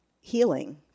healing